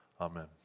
Amen